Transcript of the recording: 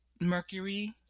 Mercury